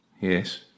Yes